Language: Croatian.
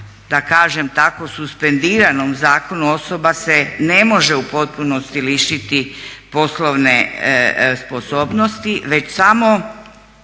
da tako kažem suspendiranom zakonu, osoba se ne može u potpunosti lišiti poslovne sposobnosti već samo